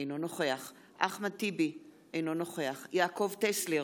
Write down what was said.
אינו נוכח אחמד טיבי, אינו נוכח יעקב טסלר,